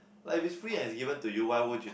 like if it's free and is given to you why wouldn't you